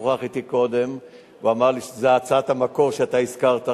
שוחח אתי קודם והוא אמר לי שזו הצעת המקור שאתה הזכרת,